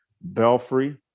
Belfry